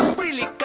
really,